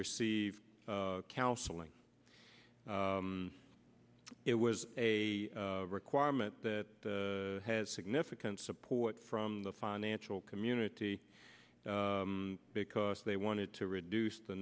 receive counseling it was a requirement that has significant support from the financial community because they wanted to reduce the